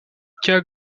cas